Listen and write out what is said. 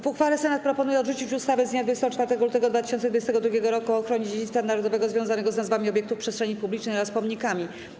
W uchwale Senat proponuje odrzucić ustawę z dnia 24 lutego 2022 r. o ochronie dziedzictwa narodowego związanego z nazwami obiektów przestrzeni publicznej oraz pomnikami.